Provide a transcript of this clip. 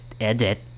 edit